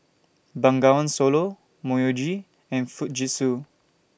Bengawan Solo Myojo and Fujitsu